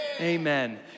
amen